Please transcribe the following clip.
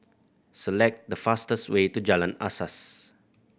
select the fastest way to Jalan Asas